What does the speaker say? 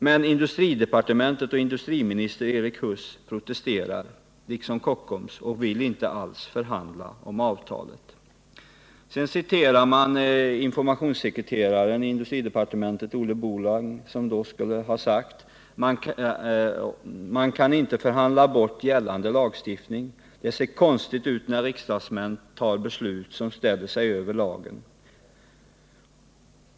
Men industridepartementet och industriministern Erik Huss protesterar och vill inte alls förhandla om avtalet!” Sedan citerar man informationssekreteraren i industridepartementet, Olle Bolang, som skulle ha sagt: ”Man kan inte förhandla bort gällande lagstiftning. Det ser konstigt ut när riksdagsmän tar beslut som ställer sig över lagen!